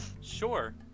sure